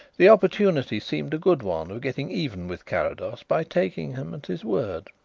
the opportunity seemed a good one of getting even with carrados by taking him at his word.